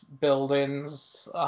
buildings